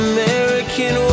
American